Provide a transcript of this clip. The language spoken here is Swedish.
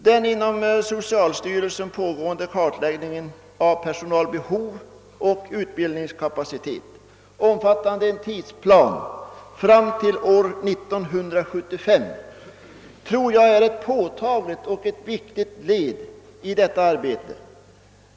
Den inom socialstyrelsen pågående kartläggningen av per sonalbehov och utbildningskapacitet, omfattande en tidsplan fram till år 1975, tror jag är ett påtagligt och viktigt led i detta arbete.